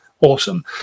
Awesome